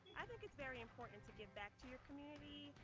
i think it's very important to give back to your community.